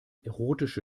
erotische